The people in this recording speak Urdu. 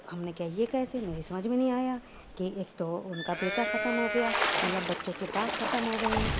ہم نے کیا یہ کیسے میرے سمجھ میں نہیں آیا کہ ایک تو ان کا بیٹا ختم ہو گیا مطلب بچوں کے باپ ختم ہو گئے ہیں